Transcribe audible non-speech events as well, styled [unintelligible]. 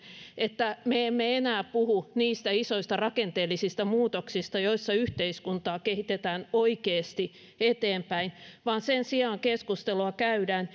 että me emme enää puhu niistä isoista rakenteellisista muutoksista joissa yhteiskuntaa kehitetään oikeasti eteenpäin vaan sen sijaan keskustelua käydään [unintelligible]